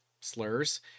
slurs